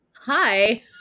Hi